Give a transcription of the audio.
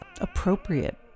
appropriate